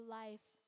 life